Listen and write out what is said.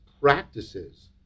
practices